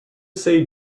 say